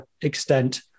extent